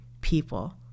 people